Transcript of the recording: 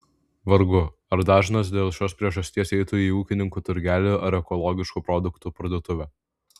vargu ar dažnas dėl šios priežasties eitų į ūkininkų turgelį ar ekologiškų produktų parduotuvę